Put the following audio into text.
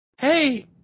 Hey